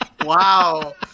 Wow